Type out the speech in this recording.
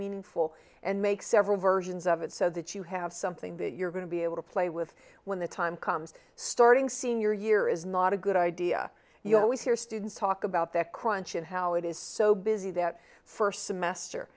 meaningful and make several versions of it so that you have something that you're going to be able to play with when the time comes starting senior year is not a good idea you always hear students talk about that crunch and how it is so busy that first semester